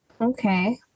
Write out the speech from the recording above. Okay